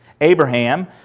Abraham